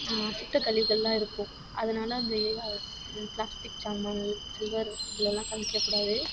சுத்தக் கழிவுகள்லாம் இருக்கும் அதனால் அந்த பிளாஸ்டிக் ஜாமான்கள் சில்வர் இதுலலாம் சமைக்கக் கூடாது